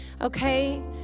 okay